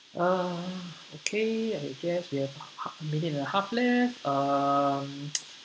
uh okay I guess we have a minute and a half left um